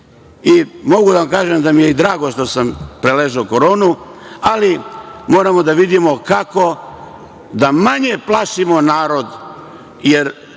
da vam kažem da mi je drago što sam preležao koronu, ali moramo da vidimo kako da manje plašimo narod,